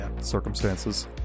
circumstances